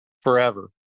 forever